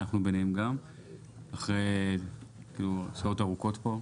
וגם אנחנו ביניהם אחרי שעות ארוכות פה.